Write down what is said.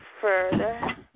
further